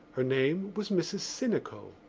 her name was mrs. sinico.